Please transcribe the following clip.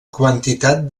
quantitat